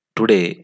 Today